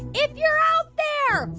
if you're out there,